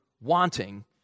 wanting